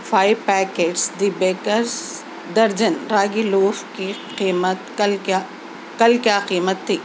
five packets the bakers dozen ragi loaf کی قیمت کل کیا کل کیا قیمت تھی